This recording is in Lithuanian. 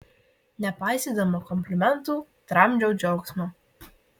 nepaisydama komplimentų tramdžiau džiaugsmą